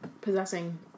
possessing